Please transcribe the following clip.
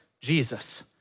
Jesus